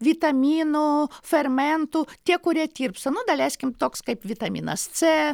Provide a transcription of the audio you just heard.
vitaminų fermentų tie kurie tirpsta nu daleiskim toks kaip vitaminas c